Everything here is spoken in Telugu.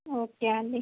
ఓకే అండి